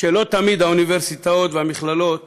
שלא תמיד האוניברסיטאות והמכללות